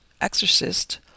exorcist